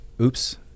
Oops